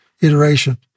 iteration